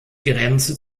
grenze